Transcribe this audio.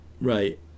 right